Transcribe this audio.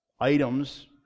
items